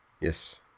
Yes